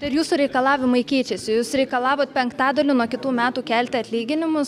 ir jūsų reikalavimai keičiasi jūs reikalavote penktadaliu nuo kitų metų kelti